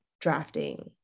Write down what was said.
drafting